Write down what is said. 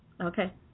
Okay